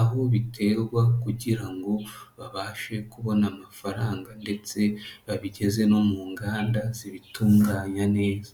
aho biterwa kugirango babashe kubona amafaranga ndetse babigeze no mu nganda zibitunganya neza.